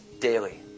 daily